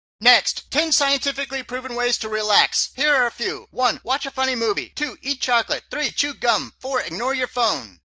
next. ten scientifically-proven ways to relax here are a few. one. watch a funny movie. two. eat chocolate. three. chew gum. four. ignore your phone.